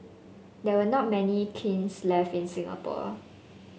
there are not many kilns left in Singapore